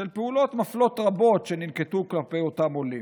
של פעולות מפלות רבות שננקטו כלפי אותם עולים.